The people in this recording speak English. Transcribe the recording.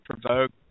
provoked